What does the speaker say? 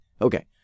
Okay